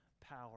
power